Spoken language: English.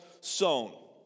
sown